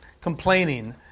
complaining